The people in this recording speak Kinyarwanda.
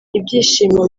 ibyishimo